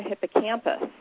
hippocampus